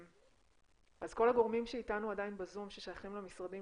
אז כל הגורמים שאיתנו עדיין בזום ששייכים למשרדים